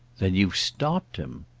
then you've stopped him?